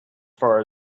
far